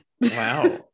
Wow